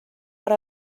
per